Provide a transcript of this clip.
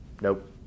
nope